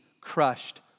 crushed